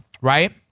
right